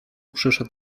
przyszedł